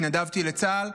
התנדבתי לצה"ל.